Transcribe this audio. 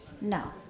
No